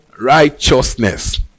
righteousness